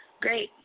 Great